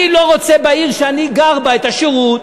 אני לא רוצה בעיר שאני גר בה את השירות,